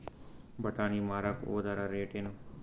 ಬಟಾನಿ ಮಾರಾಕ್ ಹೋದರ ರೇಟೇನು?